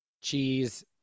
cheese